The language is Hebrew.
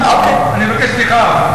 אני מבקש סליחה.